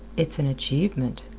it's an achievement,